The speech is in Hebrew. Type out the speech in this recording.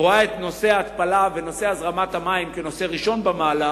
רואה את נושא ההתפלה והזרמת המים כנושא ראשון במעלה,